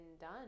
done